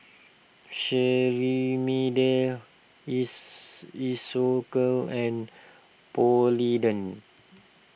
Cetrimide Isocal and Polident